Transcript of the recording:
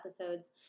episodes